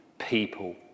people